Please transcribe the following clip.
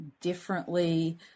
differently